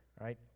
right